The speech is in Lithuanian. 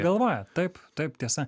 galvoja taip taip tiesa